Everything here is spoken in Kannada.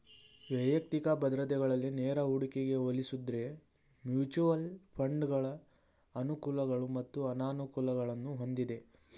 ವೈಯಕ್ತಿಕ ಭದ್ರತೆಗಳಲ್ಲಿ ನೇರ ಹೂಡಿಕೆಗೆ ಹೋಲಿಸುದ್ರೆ ಮ್ಯೂಚುಯಲ್ ಫಂಡ್ಗಳ ಅನುಕೂಲಗಳು ಮತ್ತು ಅನಾನುಕೂಲಗಳನ್ನು ಹೊಂದಿದೆ